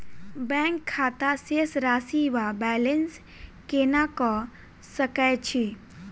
Bank खाता शेष राशि वा बैलेंस केना कऽ सकय छी?